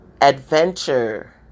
adventure